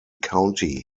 county